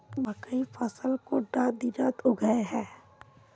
मकई फसल कुंडा दिनोत उगैहे?